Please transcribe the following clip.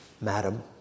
madam